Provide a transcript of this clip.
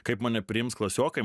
kaip mane priims klasiokai